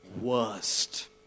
worst